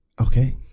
Okay